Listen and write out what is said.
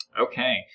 Okay